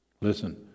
Listen